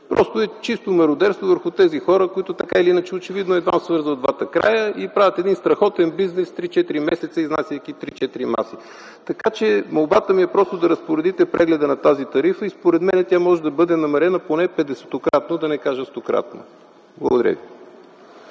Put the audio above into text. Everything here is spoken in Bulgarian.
просто е чисто мародерство върху тези хора, които очевидно така или иначе едвам свързват двата края и правят един „страхотен” бизнес 3-4 месеца, изнасяйки 3-4 маси. Така че молбата ми е просто да разпоредите преглед на тази тарифа. Според мен тя може да бъде намалена поне петдесетократно, да не кажа стократно. Благодаря Ви.